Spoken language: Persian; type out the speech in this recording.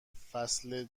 فصل